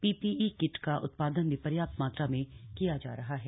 PPE kit का उत्पादन भी पर्याप्त मात्रा में किया जा रहा है